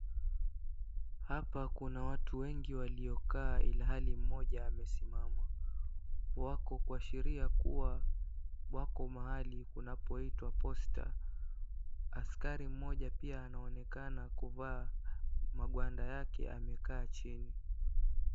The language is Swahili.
Hapa kuna watu wengi waliokaa ilhali mmoja amesimama. Wako kuashiria kuwa wako mahali unaoitwa Posta. Askari mmoja anaonekana kuvaa makwanda yake amekaa chini.